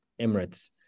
Emirates